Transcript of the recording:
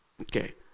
okay